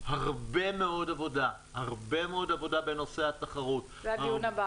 הרבה מאוד עבודה בנושא התחרות -- זה בדיון הבא.